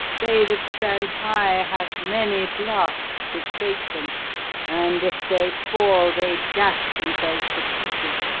they that stand high have many blasts to shake them and if they fall they dash themselves to pieces.